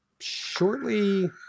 Shortly